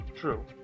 True